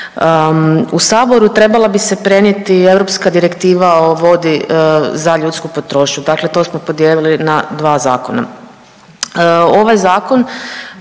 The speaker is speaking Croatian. u Saboru trebala bi se prenijeti Europska direktiva o vodi za ljudsku potrošnju. Dakle, to smo podijelili na dva zakona.